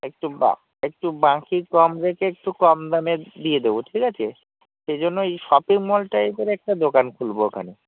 একটু একটু বাকি কম রেটে একটু কম দামে দিয়ে দেবো ঠিক আছে সেই জন্য এই শপিং মল টাইপের একটা দোকান খুলব ওখানে